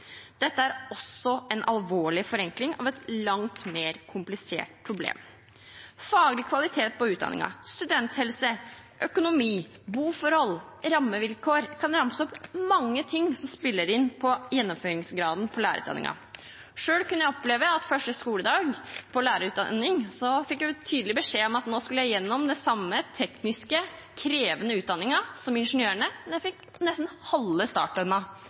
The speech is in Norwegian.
Dette er også en alvorlig forenkling av et langt mer komplisert problem. Faglig kvalitet på utdanningen, studenthelse, økonomi, boforhold, rammevilkår – jeg kan ramse opp mange ting som spiller inn når det gjelder gjennomføringsgraden i lærerutdanningen. Selv kunne jeg første skoledag i lærerutdanningen oppleve å få tydelig beskjed om at nå skulle jeg gjennom den samme teknisk krevende utdanningen som ingeniørene, men jeg ville få nesten halve